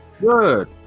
Good